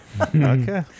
okay